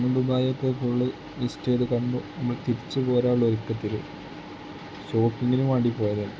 നമുക്ക് ദുബായ് ഒക്കെ full visit ചെയ്ത് കണ്ടു നമ്മൾ തിരിച്ച് പോരാനുള്ള ഒരുക്കത്തിൽ ഷോപ്പിങ്ങന് വേണ്ടി പോയതാണ്